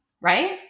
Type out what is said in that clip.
right